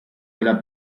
della